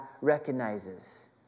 recognizes